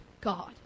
God